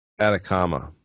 Atacama